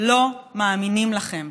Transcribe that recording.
לא מאמינים לכם.